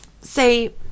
say